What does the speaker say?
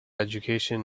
education